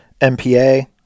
MPA